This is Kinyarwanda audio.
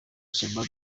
shabab